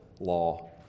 law